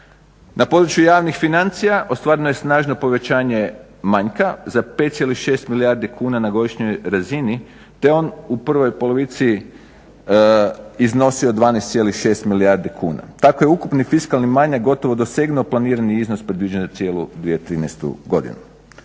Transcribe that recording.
Na području javnih financija ostvareno je snažno povećanje manjka za 5,6 milijardi kuna na godišnjoj razini te on u prvoj polovici iznosio 12,6 milijardi kuna. tako je ukupni fiskalni manjak gotovo dosegnuo planirani iznos predviđen za cijelu 2013.gdoinu.